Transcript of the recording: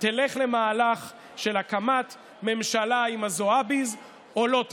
תלך למהלך של הקמת ממשלה עם ה"זועביז" או לא תלך?